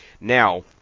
Now